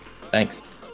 Thanks